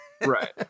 right